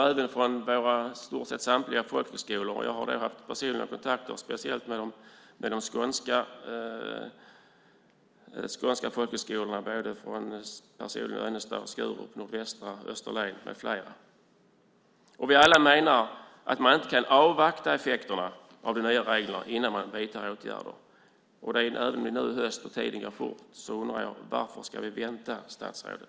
Jag har haft personliga kontakter speciellt med de skånska folkhögskolorna, Önnestad, Skurup, Nordvästra Skåne, Österlen med flera. Vi menar alla att man inte kan avvakta effekterna av de nya reglerna innan man vidtar åtgärder. Utbildningar börjar i höst, och tiden går fort. Jag undrar: Varför ska vi vänta, statsrådet?